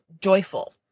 joyful